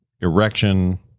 erection